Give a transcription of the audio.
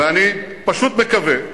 ואני פשוט מקווה,